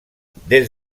des